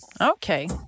Okay